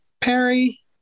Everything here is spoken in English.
Perry